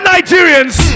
Nigerians